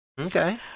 Okay